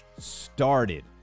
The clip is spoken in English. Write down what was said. started